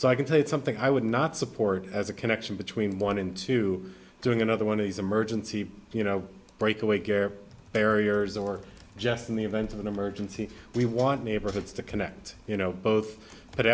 so i can tell you something i would not support as a connection between one into doing another one of these emergency you know break away care barriers or just in the event of an emergency we want neighborhoods to connect you know both